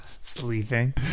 sleeping